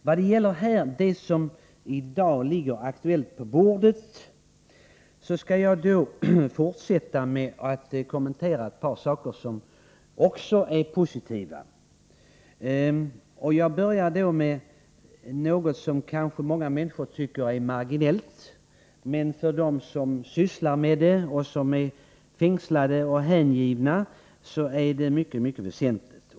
Vad gäller det som för dagen ligger på vårt bord, skall jag fortsätta med att kommentera ett par andra aktuella saker som är positiva. Jag börjar då med något som många människor kanske tycker är marginellt men som för dem som sysslar med det och är fängslade och hängivna är mycket väsentligt.